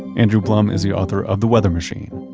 andrew blum is the author of the weather machine,